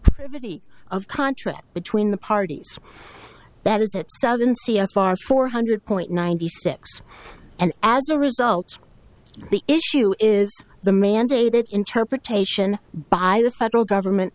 privity of contract between the parties that is at seven c f r four hundred point ninety six and as a result the issue is the mandated interpretation by the federal government